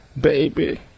baby